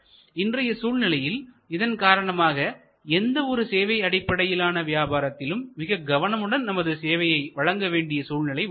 இன்றைய சூழ்நிலையில் இதன் காரணமாக எந்த ஒரு சேவை அடிப்படையிலான வியாபாரத்திலும் மிக கவனமுடன் தமது சேவையை வழங்க வேண்டிய சூழ்நிலை உள்ளது